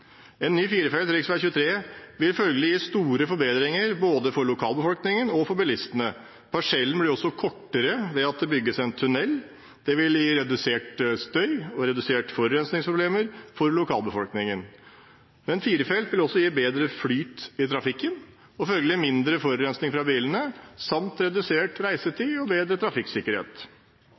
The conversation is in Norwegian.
En ny firefelts rv. 23 vil følgelig gi store forbedringer både for lokalbefolkningen og for bilistene. Parsellen blir også kortere ved at det bygges en tunnel. Det vil gi redusert støy og reduserte forurensningsproblemer for lokalbefolkningen. Men fire felt vil også gi bedre flyt i trafikken og følgelig mindre forurensning fra bilene, samt redusert